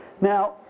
Now